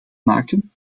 maken